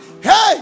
Hey